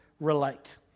Relate